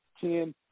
ten